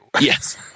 yes